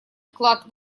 вклад